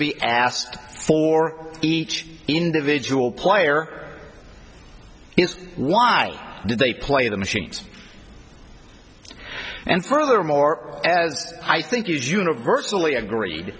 be asked for each individual player why did they play the machines and furthermore as i think is universally agreed